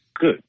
Good